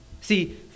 See